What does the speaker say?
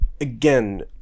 again